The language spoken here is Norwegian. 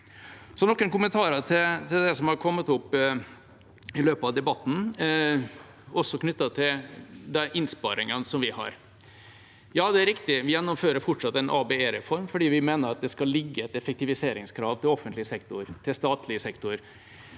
noen kommentarer til det som har kommet opp i løpet av debatten knyttet til de innsparingene vi har: Ja, det er riktig, vi vil fortsatt gjennomføre en ABE-reform fordi vi mener at det skal være et effektiviseringskrav til offentlig sektor, til statlig sektor.